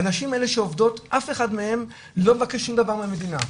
הנשים האלה שעובדות אף אחת מהן לא מבקשת שום דבר מהמדינה,